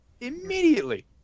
immediately